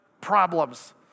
problems